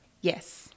Yes